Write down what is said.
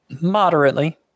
Moderately